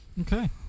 Okay